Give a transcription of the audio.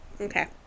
Okay